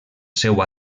seu